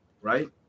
right